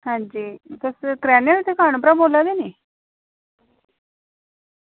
आं जी तुस करयाने दी दुकान उप्परा बोल्ला दे नी